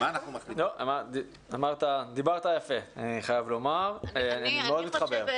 אני חייב לומר שדברת יפה, אני לא מתחבר.